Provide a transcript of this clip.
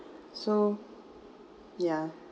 so yeah